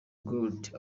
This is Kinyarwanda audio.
gold